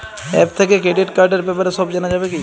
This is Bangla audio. অ্যাপ থেকে ক্রেডিট কার্ডর ব্যাপারে সব জানা যাবে কি?